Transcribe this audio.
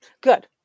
good